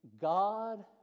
God